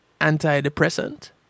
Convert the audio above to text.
antidepressant